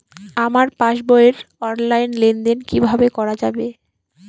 আমার পাসবই র অনলাইন লেনদেন কিভাবে করা যাবে?